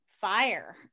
fire